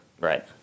Right